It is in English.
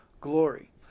glory